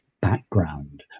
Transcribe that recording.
background